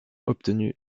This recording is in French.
obtenu